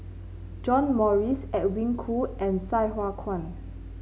John Morrice Edwin Koo and Sai Hua Kuan